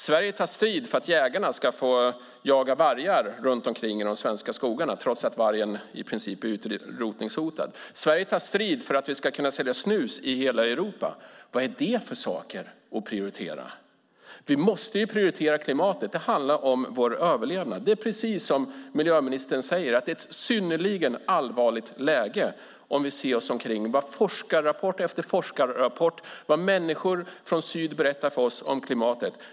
Sverige tar strid för att jägarna ska få jaga vargar i de svenska skogarna, trots att vargen i princip är utrotningshotad. Sverige tar strid för att vi ska kunna sälja snus i hela Europa. Vad är det för saker att prioritera? Vi måste prioritera klimatet. Det handlar om vår överlevnad. Det är precis som miljöministern säger, nämligen att det är ett synnerligen allvarligt läge. Vi ser vad som framkommer i forskarrapport efter forskarrapport och vad människor från syd berättar för oss om klimatet.